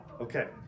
Okay